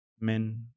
Men